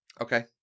Okay